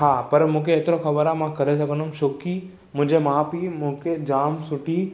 हा पर मूंखे हेतिरो ख़बरु आहे मां करे सघंदुमि छोकी मुंहिंजे माउ पीउ मूंखे जाम सुठी